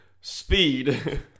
speed